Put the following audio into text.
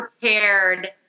prepared